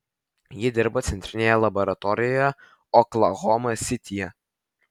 ji dirbo centrinėje laboratorijoje oklahoma sityje